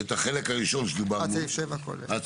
החלק הראשון שדיברנו, עד סעיף 7 כולל,